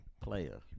Player